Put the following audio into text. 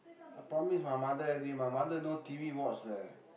I promise my mother already my mother no T_V watch leh